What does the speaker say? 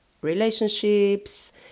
relationships